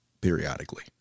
periodically